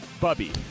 Bubby